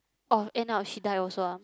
orh end up she die also ah